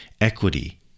Equity